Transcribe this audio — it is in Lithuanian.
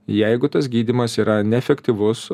jeigu tas gydymas yra neefektyvus